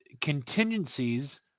contingencies